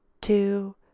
two